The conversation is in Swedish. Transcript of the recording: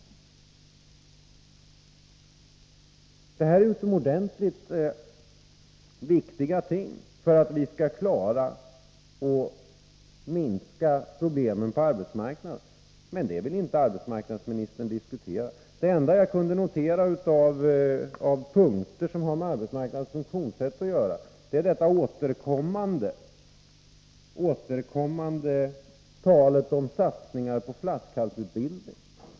Detta är utomordentligt viktiga ting för att vi skall klara av att minska problemen på arbetsmarknaden, men detta vill inte arbetsmarknadsministern diskutera. Det enda jag kunde notera av punkter som har med arbetsmarknadens funktionssätt att göra var det återkommande talet om satsningar på flaskhalsutbildning.